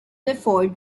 before